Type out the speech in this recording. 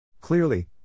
Clearly